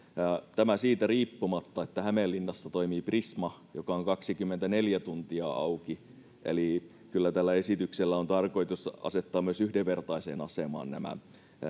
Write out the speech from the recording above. tämä siitä riippumatta että hämeenlinnassa toimii prisma joka on kaksikymmentäneljä tuntia auki eli kyllä tällä esityksellä on tarkoitus asettaa myös yhdenvertaiseen asemaan nämä